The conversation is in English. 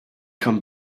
come